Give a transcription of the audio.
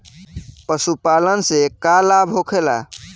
पशुपालन से का लाभ होखेला?